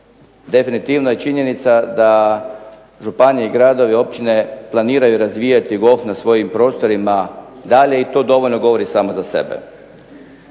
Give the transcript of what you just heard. definitivno je činjenica da županije, gradovi, općine planiraju razvijati golf na svojim prostorima dalje i to dovoljno govori samo za sebe.